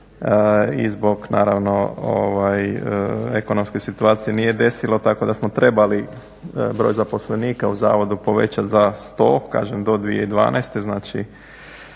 i zbog ekonomske situacije nije desilo tako da smo trebali broj zaposlenika u Zavodu poveća za 100 kažem do 2012.znači